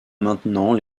maintenant